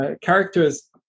characters